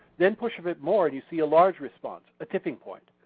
then push a bit more and you see a large response, a tipping point.